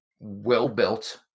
well-built